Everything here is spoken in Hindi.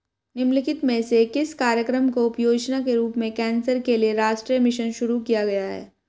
निम्नलिखित में से किस कार्यक्रम को उपयोजना के रूप में कैंसर के लिए राष्ट्रीय मिशन शुरू किया गया है?